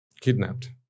kidnapped